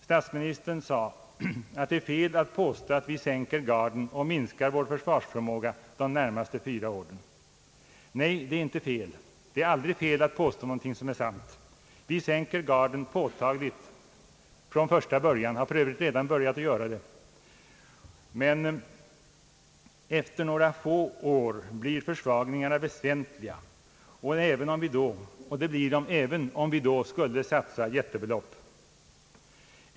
Statsministern sade att det är fel att påstå att vi sänker garden och minskar vår försvarsförmåga under de närmaste fyra åren. Nej, det är aldrig fel att påstå vad som är sant. Sanningen är att vi sänker garden påtagligt. Vi har redan börjat göra det, men efter några få år blir försvagningarna väsentliga, även om vi då skulle satsa jättebelopp.